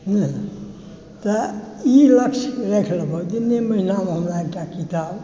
नहि तऽ ई लक्ष्य राखि लेबऽ जे नहि महीनामे हमरा एकटा किताब